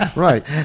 Right